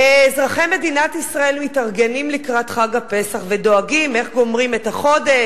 אזרחי מדינת ישראל מתארגנים לקראת חג הפסח ודואגים איך גומרים את החודש,